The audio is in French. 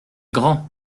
grand